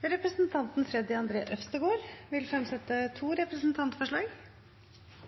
Representanten Freddy André Øvstegård vil